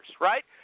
right